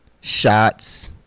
shots